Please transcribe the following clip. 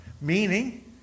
Meaning